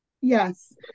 Yes